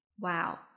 Wow